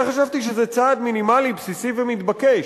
אני חשבתי שזה צעד מינימלי, בסיסי ומתבקש.